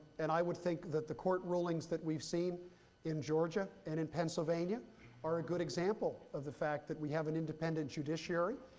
and i would think that the court rulings that we've seen in georgia and in pennsylvania are a good example of the fact that we have an independent judiciary,